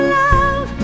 love